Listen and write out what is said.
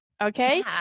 Okay